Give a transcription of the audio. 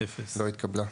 0 ההסתייגות לא התקבלה.